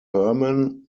herman